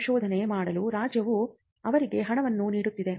ಸಂಶೋಧನೆ ಮಾಡಲು ರಾಜ್ಯವು ಅವರಿಗೆ ಹಣವನ್ನು ನೀಡುತ್ತಿದೆ